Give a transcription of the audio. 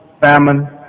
famine